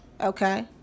Okay